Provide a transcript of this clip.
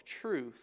truth